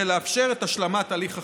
כדי לאפשר את השלמת תהליך החקיקה.